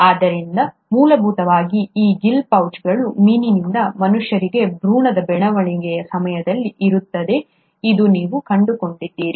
ಆದ್ದರಿಂದ ಮೂಲಭೂತವಾಗಿ ಈ ಗಿಲ್ ಪೌಚ್ಗಳು ಮೀನಿನಿಂದ ಮನುಷ್ಯರಿಗೆ ಭ್ರೂಣದ ಬೆಳವಣಿಗೆಯ ಸಮಯದಲ್ಲಿ ಇರುತ್ತವೆ ಎಂದು ನೀವು ಕಂಡುಕೊಂಡಿದ್ದೀರಿ